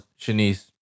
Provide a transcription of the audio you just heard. Shanice